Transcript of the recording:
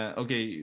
okay